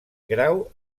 grau